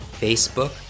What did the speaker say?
Facebook